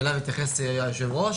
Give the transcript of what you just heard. שאליו התייחס יושב הראש,